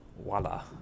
voila